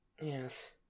Yes